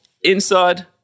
inside